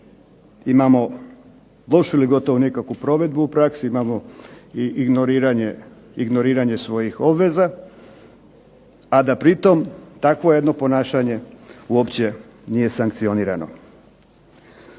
imamo lošu ili gotovo nikakvu provedbu u praksi, imamo i ignoriranje svojih obveza, a da pri tome takvo jedno ponašanje nije uopće sankcionirano.